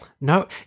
No